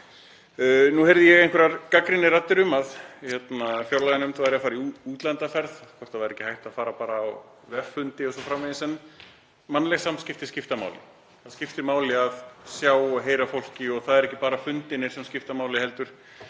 Nú heyrði ég einhverjar gagnrýnisraddir um að fjárlaganefnd væri að fara í útlandaferð, hvort það væri ekki hægt að vera bara á veffundi o.s.frv. En mannleg samskipti skipta máli. Það skiptir máli að sjá og heyra í fólki og það eru ekki bara fundirnir sem skipta máli heldur